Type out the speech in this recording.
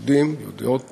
יהודים ויהודיות